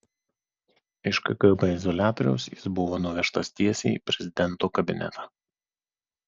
iš kgb izoliatoriaus jis buvo nuvežtas tiesiai į prezidento kabinetą